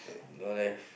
don't have